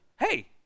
hey